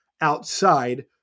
outside